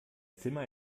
zimmer